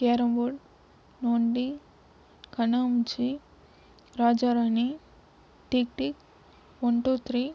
carrom board நொண்டி கண்ணாமூச்சி ராஜாராணி டிக்டிக் ஒன் டூ த்ரீ